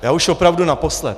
Já už opravdu naposled.